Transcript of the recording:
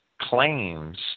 claims